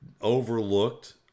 overlooked